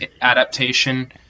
adaptation